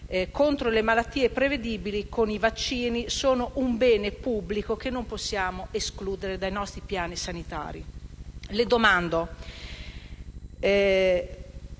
contro le malattie prevedibili con i vaccini sia un bene pubblico che non possiamo escludere dai nostri piani sanitari. Signor